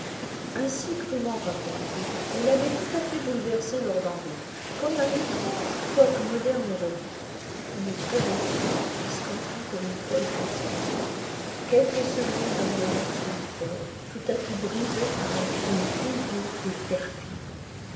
ainsi crûment racontée elle avait tout à fait bouleversé lord henry comme un étrange quoique moderne roman une très belle femme risquant tout pour une folle passion quelques semaines d'un bonheur solitaire tout à coup brisé par un crime hideux et perfide